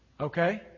Okay